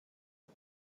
طعم